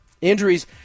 Injuries